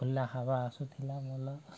ଖୁଲା ହାୱା ଆସୁଥିଲା